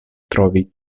trovi